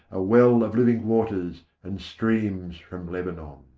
a well of living waters, and streams from lebanon.